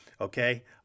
Okay